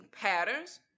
patterns